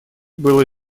было